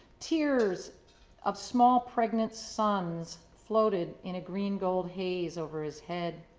tears of small pregnant suns floated in a green gold haze over his head.